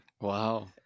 Wow